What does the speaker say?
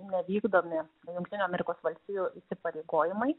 nevykdomi jungtinių amerikos valstijų įsipareigojimai